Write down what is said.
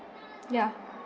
ya